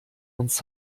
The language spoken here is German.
uns